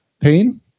Pain